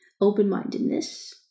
open-mindedness